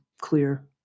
clear